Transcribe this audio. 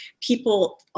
people